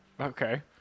Okay